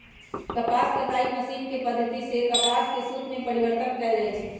कपास कताई मशीनी पद्धति सेए कपास के सुत में परिवर्तन कएल जाइ छइ